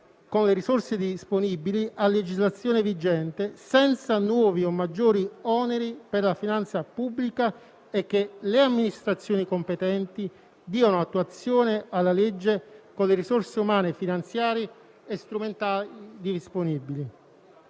con le risorse disponibili a legislazione vigente, senza nuovi o maggiori oneri per la finanza pubblica e che le amministrazioni competenti diano attuazione alla legge con le risorse umane, finanziarie e strumentali disponibili.